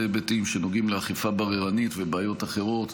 היבטים שנוגעים לאכיפה בררנית ולבעיות אחרות,